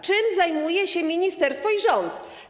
Czym zajmują się ministerstwo i rząd?